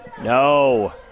No